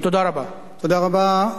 חבר הכנסת שלמה מולה,